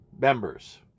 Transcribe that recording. members